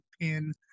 pin